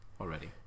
already